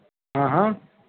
ہاں ہاں